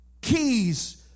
keys